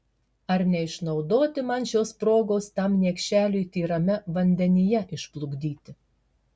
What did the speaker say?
ar neišnaudoti man šios progos tam niekšeliui tyrame vandenyje išplukdyti